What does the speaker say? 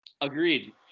Agreed